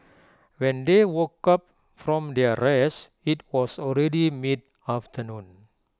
when they woke up from their rest IT was already mid afternoon